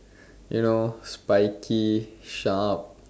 you know spiky sharp